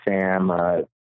Sam